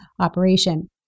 operation